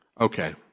okay